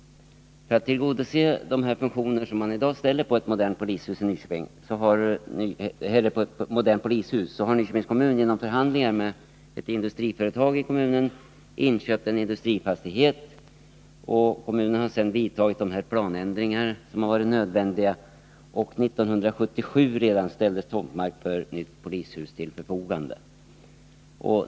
För att tillgodose de krav man i dag ställer på ett modernt polishus har Nyköpings kommun genom förhandlingar med ett industriföretag i kommunen inköpt en industrifastighet. Kommunen har sedan genomfört de planändringar som varit nödvändiga, och redan 1977 ställdes tomtmark för ett nytt polishus till förfogande.